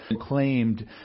claimed